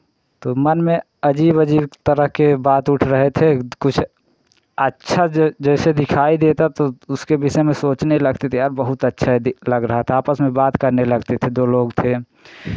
तो मन में अजीब अजीब तरह के बात उठ रहे थे तो कुछ अच्छा जो जैसे दिखाई देता तो उसके विषय में सोचने लगते थे यार बहुत अच्छा ये लग रहा था आपस में बात करने लगते थे दो लोग थे